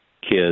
kids